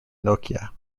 nokia